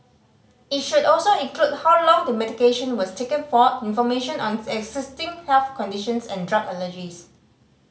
it should also include how long the medication was taken for information on existing health conditions and drug allergies